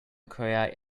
create